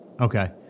Okay